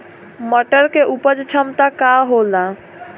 मटर के उपज क्षमता का होला?